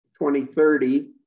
2030